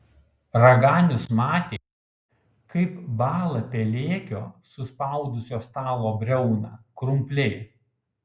raganius matė kaip bąla pelėkio suspaudusio stalo briauną krumpliai